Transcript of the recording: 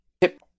tip